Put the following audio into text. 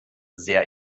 sehr